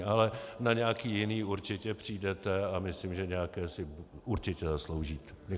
Ale na nějaké jiné určitě přijdete a myslím, že nějaké si určitě zasloužíte.